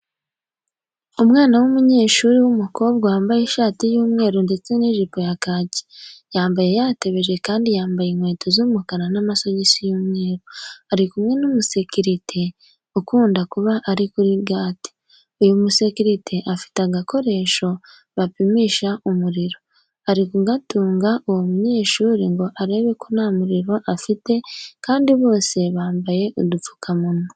Umwana w'umunyeshuri w'umukobwa wambaye ishati y'umweru ndetse n'ijipo ya kaki, yambaye yatebeje kandi yambaye inkweto z'umukara n'amasogisi y'umweru, ari kumwe n'umusekirite ukunda kuba uri kuri gate. Uyu musekirite afite agakoresho bapimisha umuriro, ari kugatunga uwo munyeshuri ngo arebe ko nta muriro afite kandi bose bambaye udupfukamunwa.